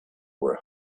were